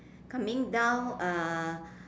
coming down uh